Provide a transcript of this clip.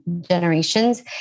generations